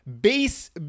Base